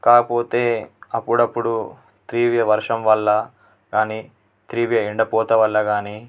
కాకపోతే అప్పుడప్పుడు తీవ్ర వర్షం వల్ల కానీ తీవ్ర ఎండపోత వల్ల కానీ